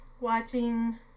watching